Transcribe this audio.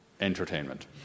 entertainment